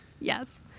Yes